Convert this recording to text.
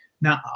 now